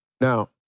Now